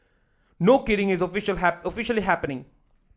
no kidding it's official officially happening